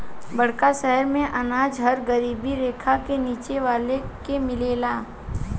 बड़का शहर मेंअनाज हर गरीबी रेखा के नीचे वाला के मिलेला